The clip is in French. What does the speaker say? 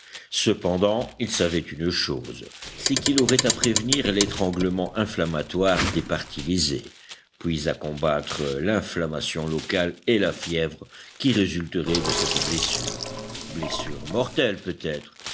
cependant il savait une chose c'est qu'il aurait à prévenir l'étranglement inflammatoire des parties lésées puis à combattre l'inflammation locale et la fièvre qui résulteraient de cette blessure blessure mortelle peut-être